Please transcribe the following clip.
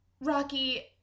Rocky